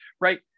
right